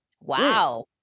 Wow